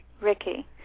Ricky